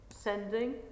sending